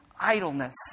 idleness